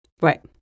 Right